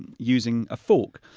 and using a fork.